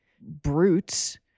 brutes